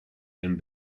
and